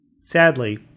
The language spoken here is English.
Sadly